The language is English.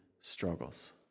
struggles